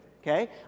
Okay